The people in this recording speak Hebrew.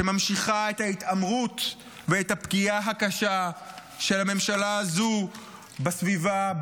שממשיכה את ההתעמרות ואת הפגיעה הקשה של הממשלה הזו בסביבה,